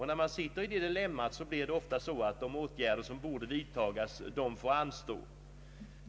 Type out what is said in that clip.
När man sitter i ett sådant dilemma får ofta de åtgärder som borde vidtas anstå.